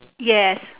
yes